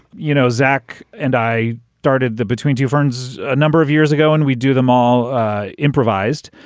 you know zach and i started the between two ferns a number of years ago and we do them all improvised.